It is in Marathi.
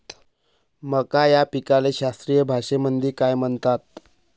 मका या पिकाले शास्त्रीय भाषेमंदी काय म्हणतात?